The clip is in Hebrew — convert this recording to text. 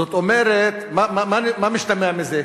זאת אומרת, מה משתמע מזה?